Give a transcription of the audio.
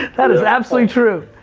that is absolutely true.